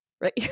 Right